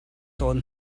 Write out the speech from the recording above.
tawn